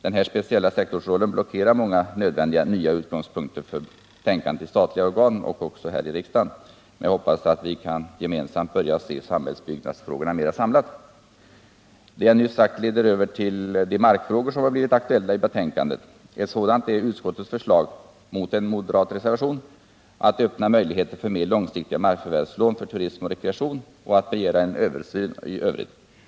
Den här speciella sektorsrollen blockerar många nödvändiga nya utgångspunkter för tänkandet i statliga organ och även här i riksdagen. Men jag hoppas att vi gemensamt skall börja se de här samhällsbyggnadsfrågorna mer samlat. Det jag nu sagt leder över till de markfrågor som aktualiserats i betänkandet. En sådan är utskottets förslag mot — en moderat reservation — att öppna möjlighet för mer långfristiga markförvärvslån för turism och rekreation och att begära en översyn i övrigt.